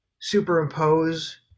superimpose